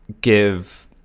give